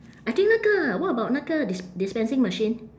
I think 那个 what about 那个 dis~ dispensing machine